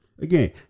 Again